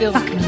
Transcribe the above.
Fuck